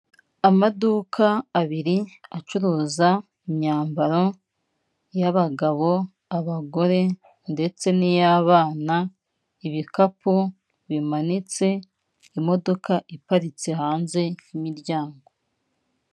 Amaduka abiri acuruza imyambaro y'abagabo, abagore ndetse n'iy'abana; ibikapu bimanitse, imodoka iparitse hanze y'imiryango.